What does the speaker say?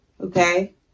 Okay